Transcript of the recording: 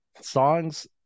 Songs